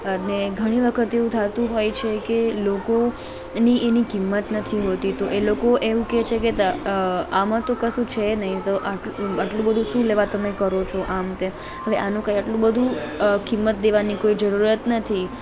અને ઘણી વખત એવું થતું હોય છે કે લોકોને એની કિંમત નથી હોતી તો એ લોકો એવું કહે છે કે ત અ આમાં તો કશું છે નહીં તો આટ આટલું બધુ શું લેવા તમે કરો છો આમ તેમ હવે આનું કંઇ આટલું બધુ કિંમત દેવાની કોઇ જરુરત નથી